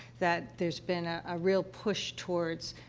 that there's been a a real push towards,